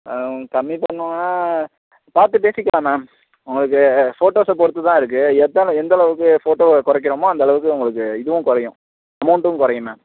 கம்மி பண்ணிணோம்னா பார்த்து பேசிக்கலாம் மேம் உங்களுக்கு ஃபோட்டோஸை பொறுத்து தான் இருக்குது எத்தனை எந்த அளவுக்கு ஃபோட்டோவை குறைக்கிறோமோ அந்த அளவுக்கு உங்களுக்கு இதுவும் குறையும் அமௌன்டும் குறையும் மேம்